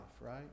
right